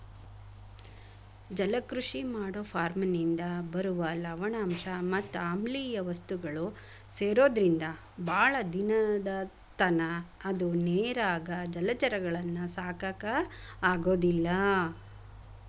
ಜಲಕೃಷಿ ಮಾಡೋ ಫಾರ್ಮನಿಂದ ಬರುವ ಲವಣಾಂಶ ಮತ್ ಆಮ್ಲಿಯ ವಸ್ತುಗಳು ಸೇರೊದ್ರಿಂದ ಬಾಳ ದಿನದತನ ಅದ ನೇರಾಗ ಜಲಚರಗಳನ್ನ ಸಾಕಾಕ ಆಗೋದಿಲ್ಲ